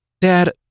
Dad